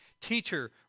teacher